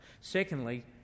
Secondly